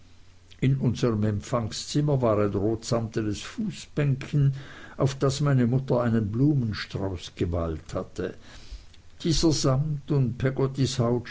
in unserm empfangszimmer war ein rotsamtenes fußbänkchen auf das meine mutter einen blumenstrauß gemalt hatte dieser samt und peggottys